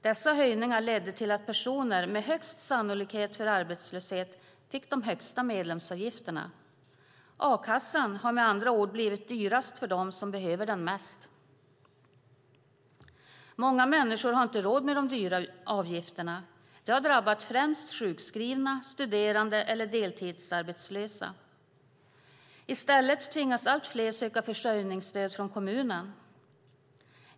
Dessa höjningar ledde till att personer med högst sannolikhet för arbetslöshet fick de högsta medlemsavgifterna. A-kassan har med andra ord blivit dyrast för dem som behöver den mest. Många människor har inte råd med de dyra avgifterna. Det har drabbat främst sjukskrivna, studerande och deltidsarbetslösa. I stället tvingas allt fler söka försörjningsstöd från kommunen.